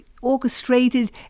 orchestrated